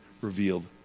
revealed